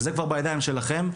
וזה כבר בידיים שלכם,